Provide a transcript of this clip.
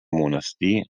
monestir